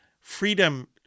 Freedom